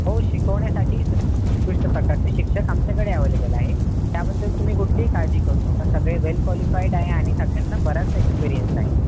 हो शिकवण्यासाठीच उत्कृष्ट प्रकारचे शिक्षक आमच्याकडे अवेलेबल आहे त्याबद्दल तुम्ही कुठलीही काळजी करू नका वेल क्वालिफाईडाय आणि सगळ्यांना बराच एक्सपीरियन्स आहे